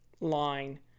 line